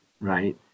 right